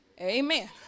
Amen